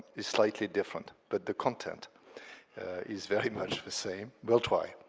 is slightly different, but the content is very much the same. but i'll try.